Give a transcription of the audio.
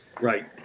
Right